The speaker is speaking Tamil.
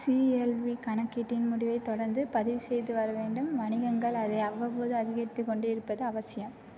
சிஎல்வி கணக்கீட்டின் முடிவை தொடர்ந்து பதிவுசெய்து வர வேண்டும் வணிகங்கள் அதை அவ்வப்போது அதிகரித்துக் கொண்டே இருப்பது அவசியம்